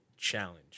challenge